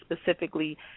specifically